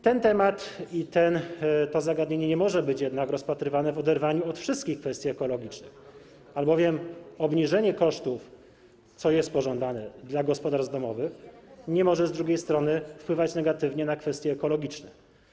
Ten temat nie może być jednak rozpatrywany w oderwaniu od wszystkich kwestii ekologicznych, albowiem obniżenie kosztów, co jest pożądane, dla gospodarstw domowych nie może z drugiej strony wpływać negatywnie na kwestie ekologiczne.